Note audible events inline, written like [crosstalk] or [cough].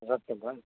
[unintelligible] वा